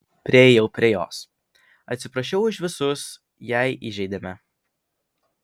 priėjau prie jos atsiprašiau už visus jei įžeidėme